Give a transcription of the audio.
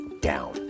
down